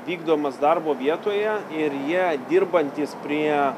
vykdomas darbo vietoje ir jie dirbantys prie